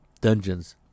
dungeons